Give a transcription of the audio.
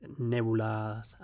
nebulas